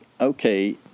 okay